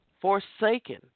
Forsaken